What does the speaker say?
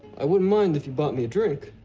i wouldn't mind if you bought me a drink.